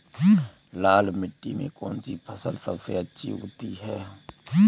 लाल मिट्टी में कौन सी फसल सबसे अच्छी उगती है?